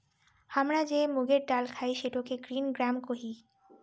হামরা যে মুগের ডাল খাই সেটাকে গ্রিন গ্রাম কোহি